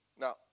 Now